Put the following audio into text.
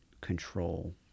control